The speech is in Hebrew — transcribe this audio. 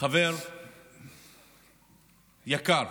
חבר יקר,